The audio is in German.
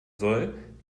soll